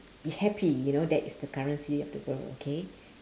if happy you know that is the currency of the world okay